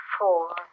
four